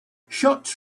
shots